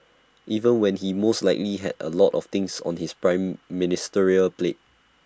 even when he most likely had A lot of things on his prime ministerial plate